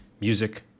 music